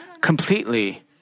completely